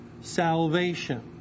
Salvation